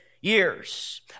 years